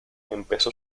empezó